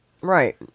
Right